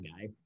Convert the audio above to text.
guy